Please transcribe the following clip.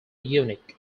unique